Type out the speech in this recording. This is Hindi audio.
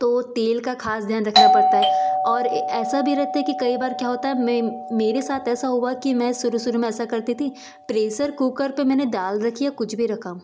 तो तेल का ख़ास ध्यान रखना पड़ता है और ऐसा भी रहते हैं कि कई बार क्या होता है मैं मेरे साथ ऐसा हुआ कि मैं शुरू शुरू में ऐसा करती थी प्रेसर कुकर पर मैंने दाल रखी या कुछ भी रखा